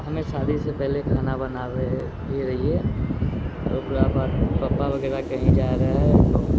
हमने शादीसँ पहिने खाना बनाबैत रहियै ओकरा बाद पप्पा वगैरह कहीं जाइ रहै तऽ